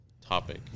topic